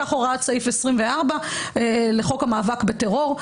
כך הוראת סעיף 24 לחוק המאבק בטרור.